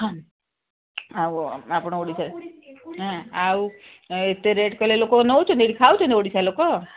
ହଁ ଆଉ ଆପଣ ଓଡ଼ିଶାରେ ହଁ ଆଉ ଏତେ ରେଟ୍ କଲେ ଲୋକ ନଉଛନ୍ତି ଖାଉଛନ୍ତି ଓଡ଼ିଶା ଲୋକ